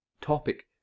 topic